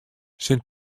sint